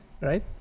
right